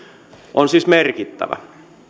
on siis merkittävä